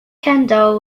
kendall